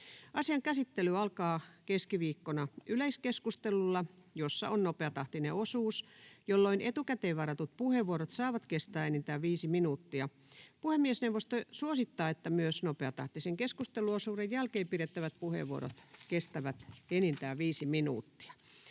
Asian käsittely alkaa keskiviikkona yleiskeskustelulla, jossa on nopeatahtinen osuus, jolloin etukäteen varatut puheenvuorot saavat kestää enintään viisi minuuttia. Puhemiesneuvosto suosittaa, että myös nopeatahtisen keskusteluosuuden jälkeen pidettävät puheenvuorot kestävät enintään viisi minuuttia.